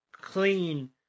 clean